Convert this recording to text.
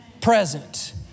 Present